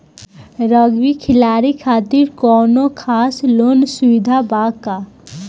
Rugby खिलाड़ी खातिर कौनो खास लोन सुविधा बा का?